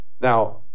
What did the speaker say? Now